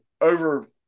over